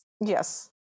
Yes